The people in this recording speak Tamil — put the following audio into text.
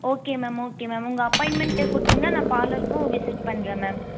ஓகே மேம் ஓகே மேம் உங்கள் அப்பாயின்மெண்ட்டு கொடுத்திங்கனா நான் பார்லருக்கும் விசிட் பண்ணுறேன் மேம்